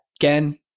again